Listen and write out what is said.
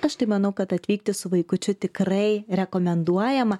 aš tai manau kad atvykti su vaikučiu tikrai rekomenduojama